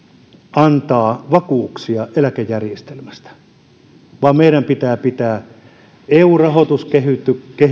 antaa vakuuksia eläkejärjestelmästä vaan meidän pitää pitää eu rahoituskehys